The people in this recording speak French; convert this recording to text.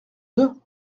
deux